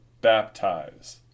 baptize